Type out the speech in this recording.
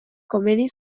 komeni